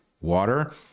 Water